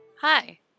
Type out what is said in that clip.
Hi